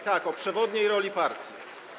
Tak, o przewodniej roli partii.